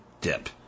dip